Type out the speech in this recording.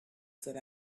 that